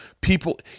people